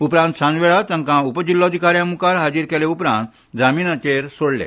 उपरांत सांजवेळा तांकां उपजिल्ल्याधिकाऱ्यां मुखार हाजीर केले उपरांत जामिनाचेर सोडले